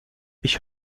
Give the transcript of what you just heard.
ich